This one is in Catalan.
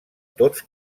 tots